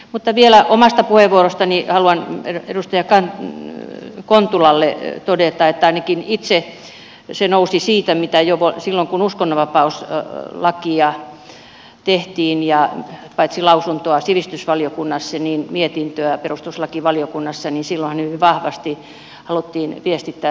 mutta vielä omasta puheenvuorostani haluan edustaja kontulalle todeta että ainakin itselläni se nousi siitä mitä jo silloin kun uskonnonvapauslakia tehtiin paitsi lausuntoa sivistysvaliokunnassa myös mietintöä perustuslakivaliokunnassa hyvin vahvasti haluttiin viestittää